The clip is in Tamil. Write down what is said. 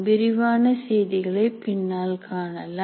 விரிவான செய்திகளை பின்னால் காணலாம்